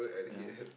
ya